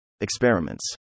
Experiments